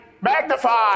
Magnify